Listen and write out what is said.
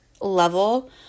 level